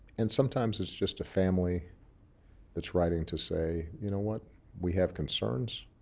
and sometimes it's just a family that's writing to say, you know what? we have concerns,